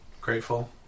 grateful